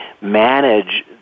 manage